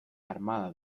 armada